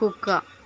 కుక్క